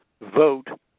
vote